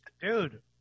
Dude